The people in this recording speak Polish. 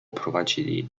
prowadzili